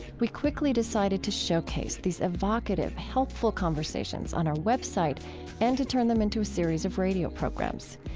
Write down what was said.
we quickly decided to showcase these evocative, helpful conversations on our web site and to turn them into a series of radio programs.